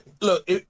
look